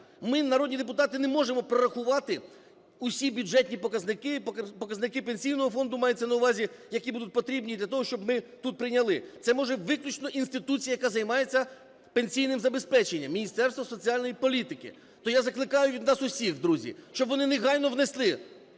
Ми, народні депутати, не можемо прорахувати всі бюджетні показники і показники Пенсійного фонду, мається на увазі, які будуть потрібні для того, щоб ми тут прийняли. Це може виключно інституція, яка займається пенсійним забезпеченням – Міністерство соціальної політики. То я закликаю від нас усіх, друзі, щоб вони негайно внесли